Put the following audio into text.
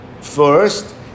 first